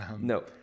No